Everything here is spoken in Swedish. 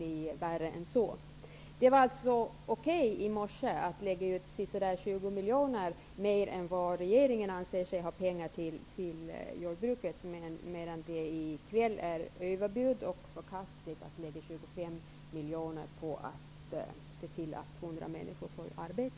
I morse var det alltså okej att lägga ut ca 20 miljoner kronor mer än vad regeringen anser sig ha pengar till när det gäller jordbruket, men i kväll är det överbud och förkastligt att lägga ut 25 miljoner kronor på att ge 200 människor arbete.